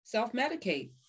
Self-medicate